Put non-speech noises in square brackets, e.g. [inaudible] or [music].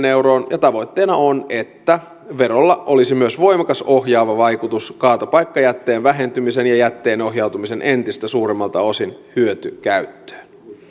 [unintelligible] euroon ja tavoitteena on että verolla olisi myös voimakas ohjaava vaikutus kaatopaikkajätteen vähentymiseen ja jätteen ohjautumiseen entistä suuremmalta osin hyötykäyttöön